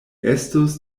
estus